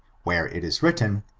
where it is written,